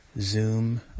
zoom